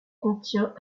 contient